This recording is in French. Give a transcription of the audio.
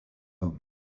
homme